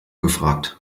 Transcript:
gefragt